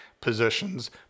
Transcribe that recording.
positions